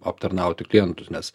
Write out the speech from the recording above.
aptarnauti klientus nes